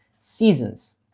seasons